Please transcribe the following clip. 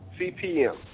CPM